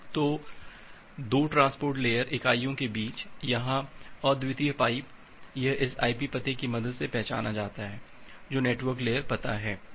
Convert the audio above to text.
तो 2 transport layer इकाई के बीच यहां अद्वितीय पाइप यह इस IP पते की मदद से पहचाना जाता है जो नेटवर्क लेयर पता है